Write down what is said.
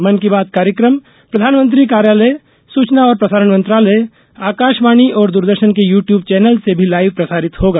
मन की बात कार्यक्रम प्रधानमंत्री कार्यालय सूचना और प्रसारण मंत्रालय आकाशवाणी और दूरदर्शन के यू ट्बूब चैनल से भी लाइव प्रसारित होगा